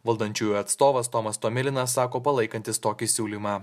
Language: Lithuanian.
valdančiųjų atstovas tomas tomilinas sako palaikantis tokį siūlymą